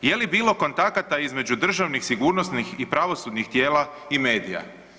Je li bilo kontakata između državnih sigurnosnih i pravosudnih tijela i medija?